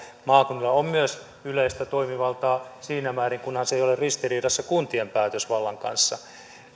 maakunnilla on myös yleistä toimivaltaa kunhan se ei ole ristiriidassa kuntien päätösvallan kanssa